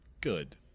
good